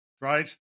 right